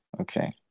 Okay